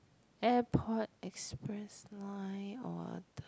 airport express line or a